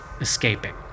escaping